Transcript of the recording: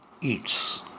eats